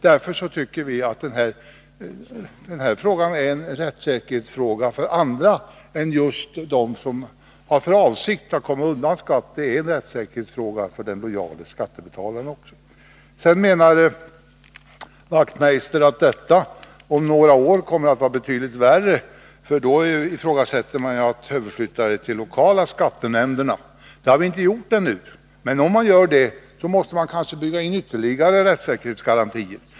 Därför tycker jag att denna fråga också är en rättssäkerhetsfråga för andra än just dem som har för avsikt att komma undan skatt. Det gäller rättssäkerheten för den lojala skattebetalaren. Knut Wachtmeister menar att det om några år kommer att bli betydligt värre, eftersom man avser att då flytta över tillämpningen till de lokala taxeringsnämnderna. Det har vi inte föreslagit. Men om så sker, måste man kanske bygga in ytterligare rättssäkerhetsgarantier.